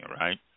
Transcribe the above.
right